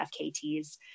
FKTs